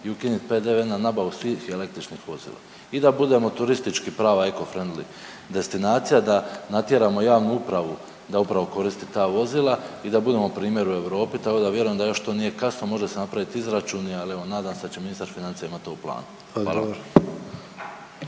i ukinuti PDV na nabavu svih električnih vozila i da budemo turistički prava eco friendly destinacija, da natjeramo javnu upravu da upravo koristi ta vozila i da budemo primjer u Europi, tako da vjerujem da još to nije kasno, može se napraviti izračun, ali evo nadam se da će ministar financija imati to u planu.